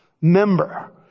Member